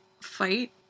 fight